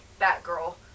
Batgirl